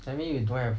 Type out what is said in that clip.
I mean you don't have